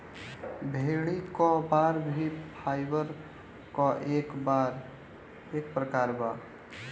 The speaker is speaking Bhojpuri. भेड़ी क बार भी फाइबर क एक प्रकार बा